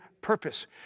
purpose